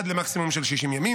עד למקסימום של 60 ימים,